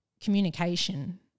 communication